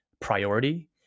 priority